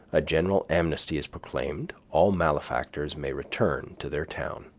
a general amnesty is proclaimed all malefactors may return to their town.